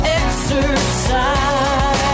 exercise